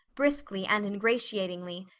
briskly and ingratiatingly,